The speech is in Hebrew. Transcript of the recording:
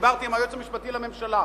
דיברתי עם היועץ המשפטי לממשלה,